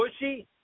pushy